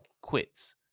quits